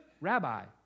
Rabbi